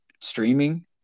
streaming